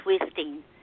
twisting